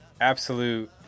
absolute